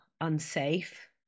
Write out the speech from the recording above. unsafe